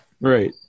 Right